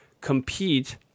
compete